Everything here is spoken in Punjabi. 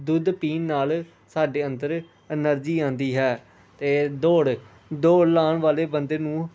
ਦੁੱਧ ਪੀਣ ਨਾਲ ਸਾਡੇ ਅੰਦਰ ਐਨਰਜੀ ਆਉਂਦੀ ਹੈ ਅਤੇ ਦੌੜ ਦੌੜ ਲਗਾਉਣ ਵਾਲੇ ਬੰਦੇ ਨੂੰ